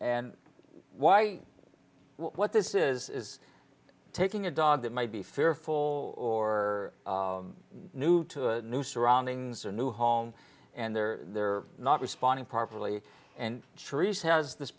and why what this is is taking a dog that might be fearful or new to new surroundings or a new home and they're they're not responding properly and sharif has this